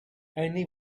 only